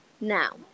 Now